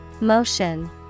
Motion